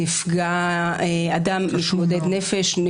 אדם מתמודד נפש.